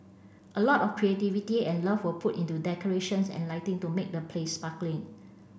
a lot of creativity and love were put into decorations and lighting to make the place sparkling